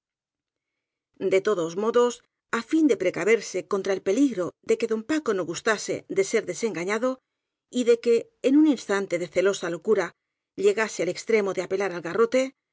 de todos modos á fin de precaverse contra el peligro de que don paco no gustase de ser desen gañado y de que en un instante de celosa locura llegase al extremo de apelar al garrote